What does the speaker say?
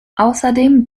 außerdem